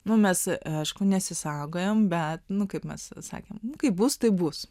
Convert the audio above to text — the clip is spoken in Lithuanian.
nu mes aišku nesisaugojom bet nu kaip mes sakėm kaip bus taip bus